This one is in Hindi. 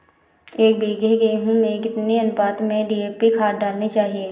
एक बीघे गेहूँ में कितनी अनुपात में डी.ए.पी खाद डालनी चाहिए?